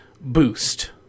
boost